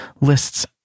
lists